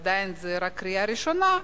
עדיין זו רק קריאה ראשונה,